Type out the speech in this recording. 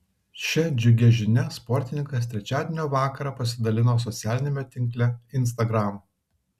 šia džiugia žinia sportininkas trečiadienio vakarą pasidalino socialiniame tinkle instagram